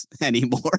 anymore